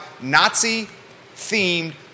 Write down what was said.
Nazi-themed